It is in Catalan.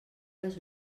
les